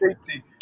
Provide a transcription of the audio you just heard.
safety